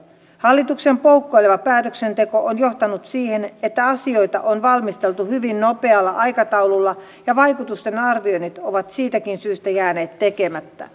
hallituksen poukkoileva päätöksenteko on johtanut siihen että asioita on valmisteltu hyvin nopealla aikataululla ja vaikutusten arvioinnit ovat siitäkin syystä jääneet tekemättä